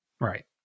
Right